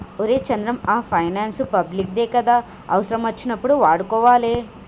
ఒరే చంద్రం, గా finance public దే గదా, అవుసరమచ్చినప్పుడు వాడుకోవాలె